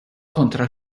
kontra